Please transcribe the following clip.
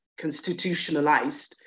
constitutionalized